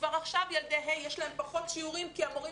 כבר עכשיו לילדי ה' יש פחות שיעורים כי המורים